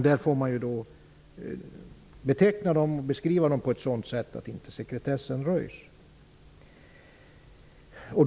De betecknas då på ett sätt som gör att sekretessen inte röjs.